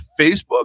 Facebook